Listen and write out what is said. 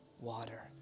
water